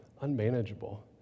unmanageable